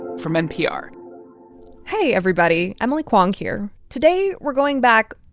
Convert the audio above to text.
from npr hey, everybody. emily kwong here. today, we're going back,